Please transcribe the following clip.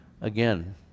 again